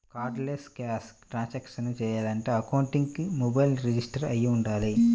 cardless cash transactions చెయ్యాలంటే అకౌంట్కి mobile register అయ్యి వుండాలి